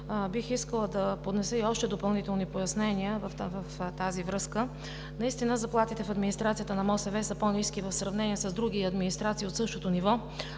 бих искала да поднеса и още допълнителни пояснения в тази връзка. Наистина заплатите в администрацията на МОСВ са по-ниски в сравнение с други администрации от същото ниво.